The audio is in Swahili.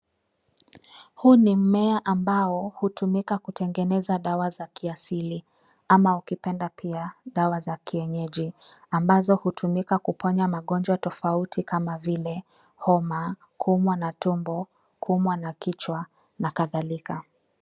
Huu ni mmea ambao hutumika kutengeneza dawaza za kiasili ama ukipenda pia dawa za kienyeji, ambazo hutumika kuponya magonjwa tofauti kama vile homa, kuumwa na tumbo, kuumwa na kichwa, na kadhalika.